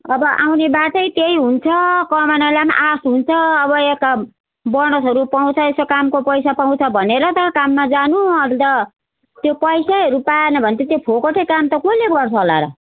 अब आउने बाटै त्यही हुन्छ कमानेलाई पनि आश हुन्छ अब यता बोनसहरू पाउँछ यसो कामको पैसा पाउँछ भनेर त काममा जानु अन्त त्यो पैसैहरू पाएन भने त त्यो फोकटे काम त कसले गर्छ होला र